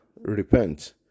repent